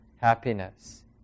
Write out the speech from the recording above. happiness